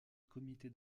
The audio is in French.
comité